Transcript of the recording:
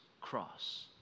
cross